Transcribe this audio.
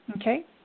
Okay